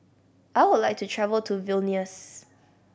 I would like to travel to Vilnius